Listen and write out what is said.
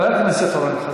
היידה.